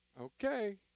Okay